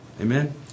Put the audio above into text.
Amen